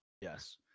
Yes